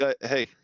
Hey